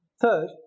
Third